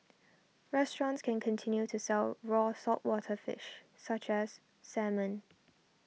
restaurants can continue to sell raw saltwater fish such as salmon